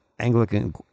Anglican